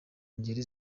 ngeri